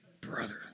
brother